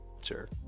Sure